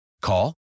Call